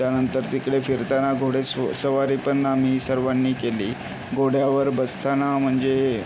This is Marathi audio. त्यानंतर तिकडे फिरताना घोडे स सवारी पण आम्ही सर्वांनी केली घोड्यावर बसताना म्हणजे